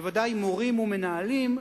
בוודאי מורים ומנהלים,